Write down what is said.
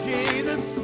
Jesus